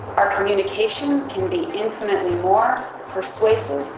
our communication can be infinitely more persuasive,